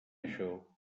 això